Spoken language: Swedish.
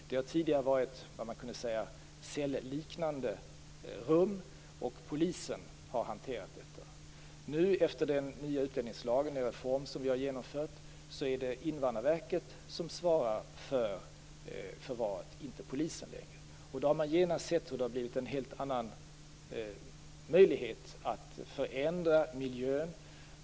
Det har tidigare varit vad man kunde kalla celliknande rum, och polisen har hanterat detta. Efter den reform som vi har genomfört av utlänningslagen är det Invandrarverket som svarar för förvaret och inte längre polisen. Man har genast sett hur det har blivit en helt annan möjlighet att förändra miljön.